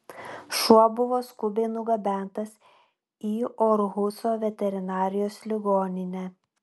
šuo buvo skubiai nugabentas į orhuso veterinarijos ligoninę